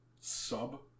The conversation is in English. sub